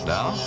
Now